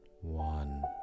one